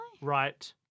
right